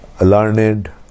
learned